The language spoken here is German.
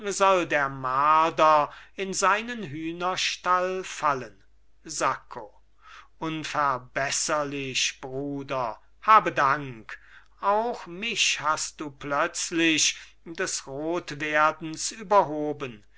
der marder in seinen hühnerstall fallen sacco unverbesserlich bruder habe dank auch mich hast du plötzlich des rotwerdens überhoben